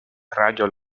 radio